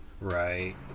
Right